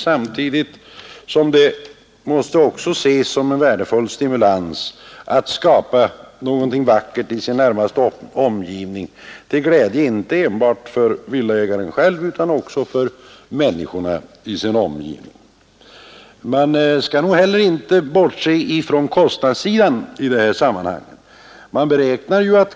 Samtidigt måste det ses som en värdefull stimulans att skapa något vackert i den närmaste omgivningen till glädje inte enbart för villaägaren själv utan också för människorna i hans närhet. Man kan inte heller bortse från kostnadssidan i sammanhanget.